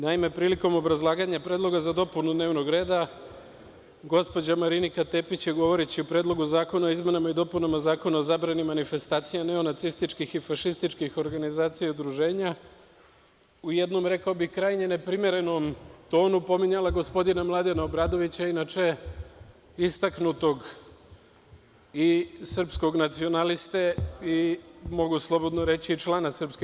Naime, prilikom obrazlaganja predloga za dopunu dnevnog reda, gospođa Marinika Tepić je, govoreći o Predlogu zakona o izmenama i dopunama Zakona o zabrani manifestacije neonacističkih i fašističkih organizacija i udruženja, u jednom, rekao bih, krajnje neprimerenom tonu, pominjala gospodina Mladena Obradovića, inače istaknutog srpskog nacionaliste i mogu slobodno reći člana SRS.